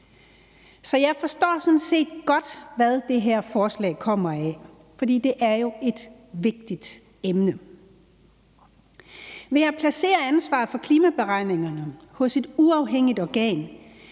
Så jeg forstår sådan set godt, hvad det her forslag kommer af, for det er jo et vigtigt emne. Ved at placere ansvaret for klimaberegningerne hos et uafhængigt organ